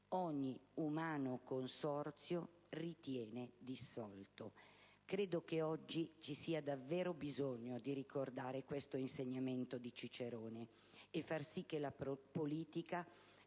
ogni umano consorzio ritiene dissolto». Credo che oggi ci sia davvero bisogno di ricordare questo insegnamento di Cicerone e far sì che la politica